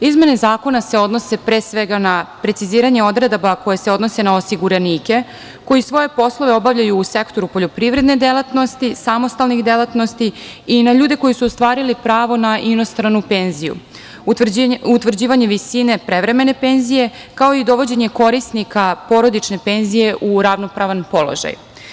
Izmene zakona se odnose pre svega na preciziranje odredaba koje se odnose na osiguranike koji svoje poslove obavljaju u sektoru poljoprivredne delatnosti, samostalnih delatnosti i na ljude koji su ostvarili pravo na inostranu penziju, utvrđivanje visine prevremene penzije, kao i dovođenje korisnika porodične penzije u ravnopravan položaj.